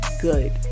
good